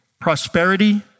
prosperity